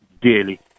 Daily